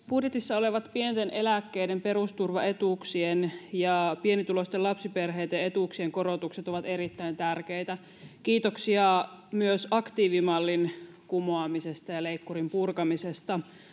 budjetissa olevat pienten eläkkeiden perusturvaetuuksien ja pienituloisten lapsiperheiden etuuksien korotukset ovat erittäin tärkeitä kiitoksia myös aktiivimallin kumoamisesta ja leikkurin purkamisesta